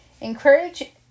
Encourage